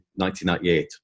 1998